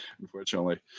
unfortunately